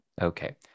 Okay